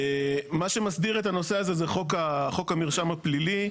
מה שמסדיר את הנושא הזה זה חוק המרשם הפלילי.